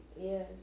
Yes